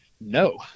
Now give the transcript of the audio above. no